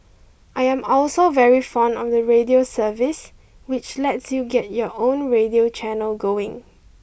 I am also very fond of the radio service which lets you get your own radio channel going